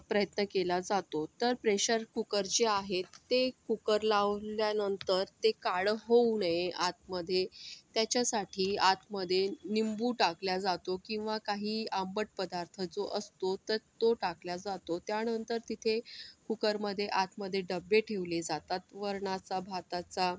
प्रयत्न केला जातो तर प्रेशर कुकर जे आहे ते कुकर लावल्यानंतर ते काळं होऊ नये आतमध्ये त्याच्यासाठी आतमध्ये निंबू टाकल्या जातो किंवा काही आंबट पदार्थ जो असतो तर तो टाकल्या जातो त्यानंतर तिथे कुकरमध्ये आतमध्ये डबे ठेवले जातात वरणाचा भाताचा